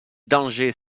dangers